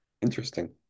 Interesting